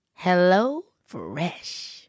HelloFresh